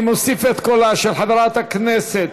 אני מוסיף את קולה של חברת הכנסת